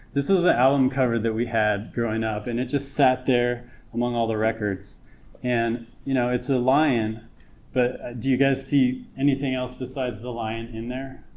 this is the santana album cover that we had growing up, and it just sat there among all the records and you know it's a lion but do you guys see anything else besides the lion in there